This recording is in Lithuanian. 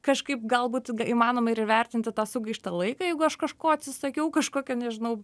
kažkaip galbūt įmanoma ir įvertinti tą sugaištą laiką jeigu aš kažko atsisakiau kažkokio nežinau